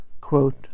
quote